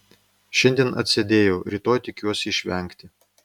šiandien atsėdėjau rytoj tikiuosi išvengti